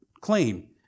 claim